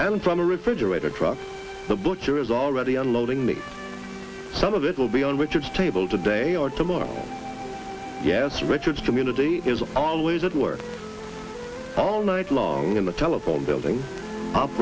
and from a refrigerated truck the butcher is already unloading make some of it will be on richard's table today or tomorrow yes richard's community is always at work all night long and the telephone building